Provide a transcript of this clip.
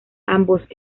ambos